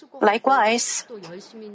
Likewise